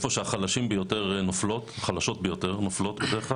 איפה שהחלשות ביות נופלות בדרך כלל,